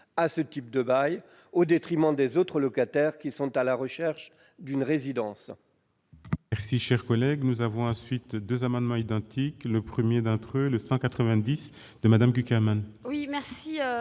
à ce type de bail, au détriment des autres locataires qui sont à la recherche d'une résidence.